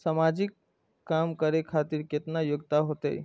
समाजिक काम करें खातिर केतना योग्यता होते?